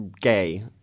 gay